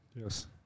Yes